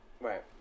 Right